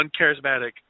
uncharismatic